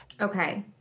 Okay